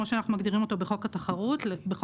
את כל